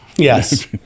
Yes